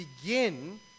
begin